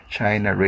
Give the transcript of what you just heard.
China